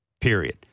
Period